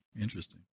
interesting